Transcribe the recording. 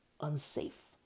unsafe